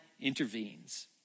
intervenes